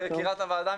יקירת הוועדה.